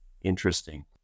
interesting